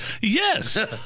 Yes